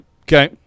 Okay